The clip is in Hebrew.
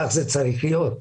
כך זה צריך להיות.